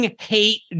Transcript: hate